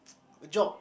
a job